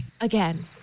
again